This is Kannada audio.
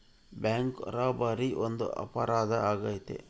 ಬ್ಯಾಂಕ್ ರಾಬರಿ ಒಂದು ಅಪರಾಧ ಆಗೈತೆ